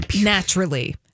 Naturally